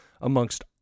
amongst